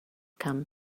come